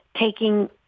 taking